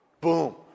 Boom